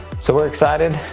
so, we're excited,